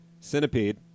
Centipede